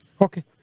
Okay